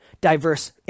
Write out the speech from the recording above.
diverse